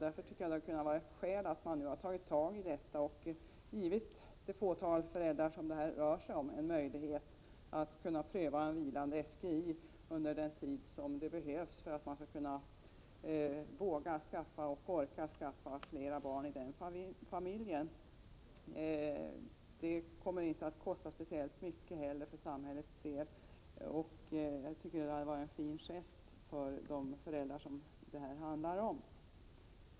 Därför hade det varit skäl att nu ta tag i denna fråga och ge det fåtal föräldrar det rör sig om en möjlighet att få pröva en vilande SGI under den tid som behövs för att man i den familjen skall våga och orka skaffa fler barn. Det skulle inte kosta speciellt mycket för samhället, men det hade varit en fin gest mot de föräldrar det här handlar om.